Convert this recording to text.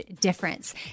difference